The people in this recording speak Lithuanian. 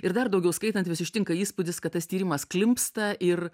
ir dar daugiau skaitant vis ištinka įspūdis kad tas tyrimas klimpsta ir